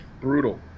Brutal